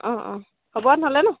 অঁ অঁ হ'ব নহ'লে ন